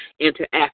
interact